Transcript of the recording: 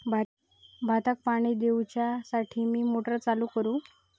भाताक पाणी दिवच्यासाठी मी मोटर चालू करू?